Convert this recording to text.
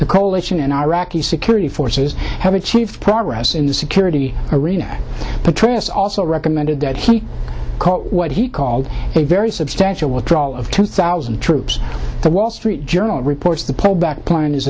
the coalition and iraqi security forces have achieved progress in the security arena patris also recommended that he called what he called a very substantial withdrawal of two thousand troops the wall street journal reports the pullback plan is